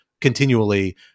continually